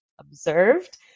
observed